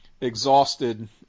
exhausted